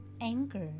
anger